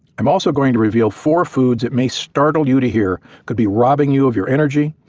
i'm also going to reveal four foods that may startle you to hear could be robbing you of your energy,